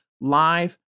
live